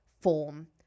form